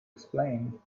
explain